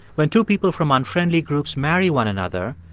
when two people from unfriendly groups marry one another,